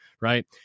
right